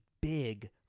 big